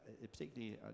Particularly